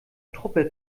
truppe